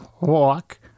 walk